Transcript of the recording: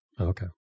Okay